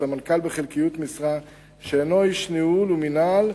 סמנכ"ל בחלקיות משרה שאינו איש ניהול ומינהל,